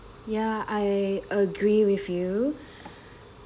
ya I agree with you